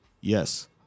Yes